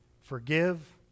forgive